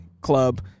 club